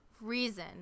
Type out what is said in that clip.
reason